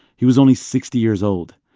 he was only sixty years old.